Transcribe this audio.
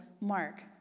mark